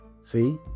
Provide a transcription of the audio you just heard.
See